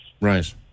Right